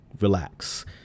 relax